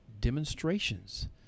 demonstrations